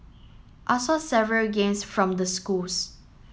I saw several games from the schools